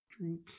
Drink